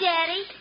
Daddy